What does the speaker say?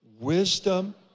Wisdom